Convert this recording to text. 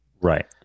Right